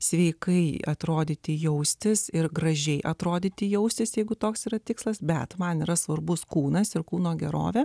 sveikai atrodyti jaustis ir gražiai atrodyti jaustis jeigu toks yra tikslas bet man yra svarbus kūnas ir kūno gerovė